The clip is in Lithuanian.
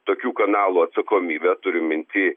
tokių kanalų atsakomybę turiu minty